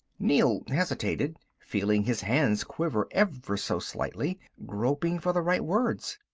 neel hesitated, feeling his hands quiver ever so slightly, groping for the right words.